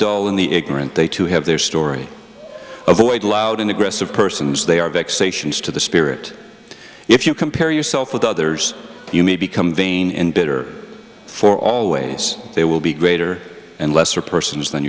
doll and the ignorant they too have their story avoid loud and aggressive persons they are vexations to the spirit if you compare yourself with others you may become vain and bitter for always they will be greater and lesser persons than